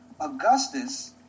Augustus